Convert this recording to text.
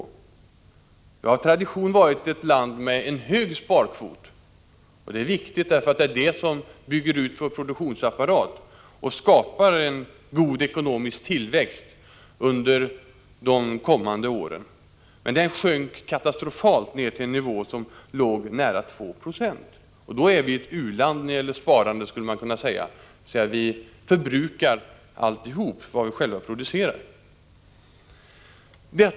Sverige har av tradition varit ett land med hög sparkvot, och det är viktigt — det är detta som gör att vi kan bygga ut produktionsapparaten och skapa en god ekonomisk tillväxt under kommande år. Sparkvoten sjönk alltså katastrofalt ner till en nivå som låg nära 2 96. Då skulle man kunna säga att vi var ett u-land när det gäller sparande — vi förbrukade allt vad vi själva producerade.